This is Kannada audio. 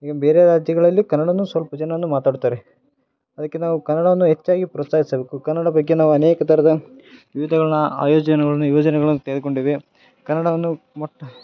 ಈಗ ಬೇರೆ ರಾಜ್ಯಗಳಲ್ಲಿ ಕನ್ನಡನೂ ಸಲ್ಪ ಜನನೂ ಮಾತಾಡುತ್ತಾರೆ ಅದಕ್ಕೆ ನಾವು ಕನ್ನಡವನ್ನು ಹೆಚ್ಚಾಗಿ ಪ್ರೋತ್ಸಾಹಿಸಬೇಕು ಕನ್ನಡ ಬಗ್ಗೆ ನಾವು ಅನೇಕ ಥರದ ವಿಧಗಳನ್ನ ಆಯೋಜನೆಗಳನ್ನು ಯೋಜನೆಗಳನ್ನು ತೆಗೆದ್ಕೊಂಡಿವೆ ಕನ್ನಡವನ್ನು ಮೊಟ್ಟ